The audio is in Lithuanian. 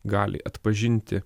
gali atpažinti